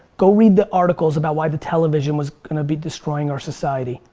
go read the articles about why the television was gonna be destroying our society.